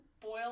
boil